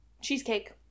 Cheesecake